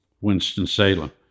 Winston-Salem